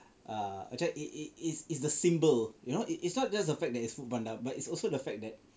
err actually it is it is the symbol you know it it's not just the fact that it's Foodpanda but it's also the fact that